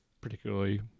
particularly